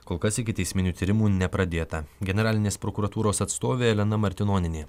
kol kas ikiteisminių tyrimų nepradėta generalinės prokuratūros atstovė elena martinonienė